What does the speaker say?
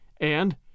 and